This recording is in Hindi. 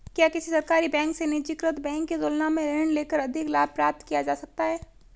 क्या किसी सरकारी बैंक से निजीकृत बैंक की तुलना में ऋण लेकर अधिक लाभ प्राप्त किया जा सकता है?